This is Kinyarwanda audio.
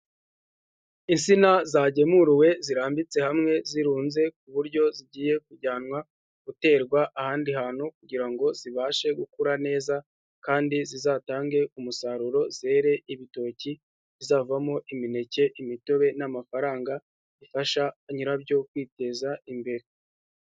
Insina zagemuruwe zirambitse hamwe, zirunze ku buryo zigiye kujyanwa guterwa ahandi hantu kugira ngo zibashe gukura neza kandi zizatange umusaruro zere ibitoki bizavamo imineke, imitobe n'amafaranga, bifasha nyirabyo kwiteza imbere.